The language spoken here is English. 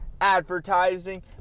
advertising